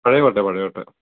പഴയ കോട്ട പഴയ കോട്ട